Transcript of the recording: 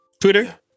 Twitter